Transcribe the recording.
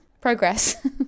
Progress